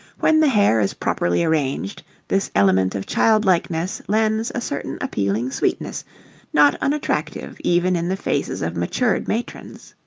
when the hair is properly arranged this element of childlikeness lends a certain appealing sweetness not unattractive even in the faces of matured matrons.